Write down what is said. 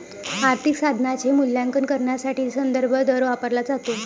आर्थिक साधनाचे मूल्यांकन करण्यासाठी संदर्भ दर वापरला जातो